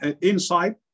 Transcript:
inside